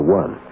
one